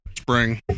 spring